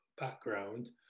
background